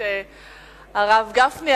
הרב גפני,